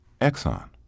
Exxon